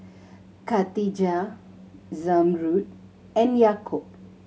Khatijah Zamrud and Yaakob